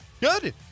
Good